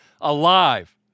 alive